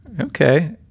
Okay